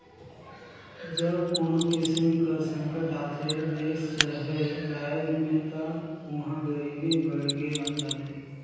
जब कोनो किसिम कर संकट आथे देस चहे राएज में ता उहां गरीबी बाड़गे जाथे